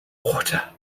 water